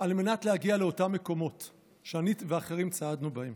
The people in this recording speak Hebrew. על מנת להגיע לאותם מקומות שאני ואחרים צעדנו בהם.